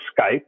Skype